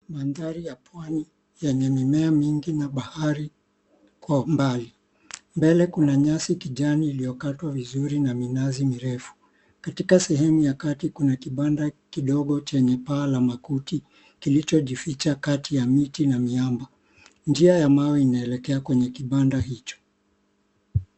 Mandhari ya Pwani yenye mimea mingi na bahari kwa umbali. Mbele kuna nyasi ya kijani iliyokatwa vizuri na minazi mirefu. Katika sehemu ya kati kuna kibada kidogo chenye paa la makuti kilichojificha kati ya miti na miamba. Njia ya mawe inaelekea kwenye kibanda hicho.